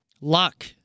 luck